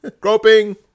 Groping